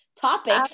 topics